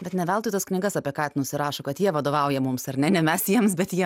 be ne veltui tas knygas apie katinus ir rašo kad jie vadovauja mums ar ne ne mes jiem bet jie